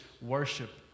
worship